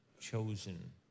chosen